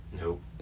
Nope